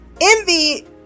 envy